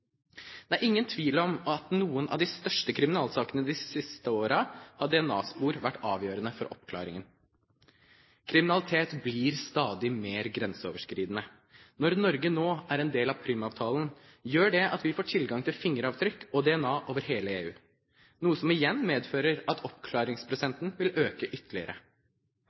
Det er ingen tvil om at i noen av de største kriminalsakene i de siste årene, har DNA-spor vært avgjørende for oppklaringen. Kriminalitet blir stadig mer grenseoverskridende. At Norge nå er en del av Prüm-avtalen, gjør at vi får tilgang til fingeravtrykk og DNA over hele EU, som igjen medfører at oppklaringsprosenten vil øke ytterligere.